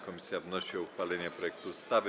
Komisja wnosi o uchwalenie projektu ustawy.